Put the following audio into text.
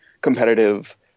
competitive